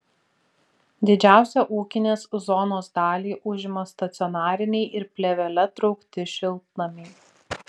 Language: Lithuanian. didžiausią ūkinės zonos dalį užima stacionariniai ir plėvele traukti šiltnamiai